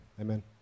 Amen